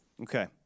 Okay